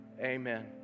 Amen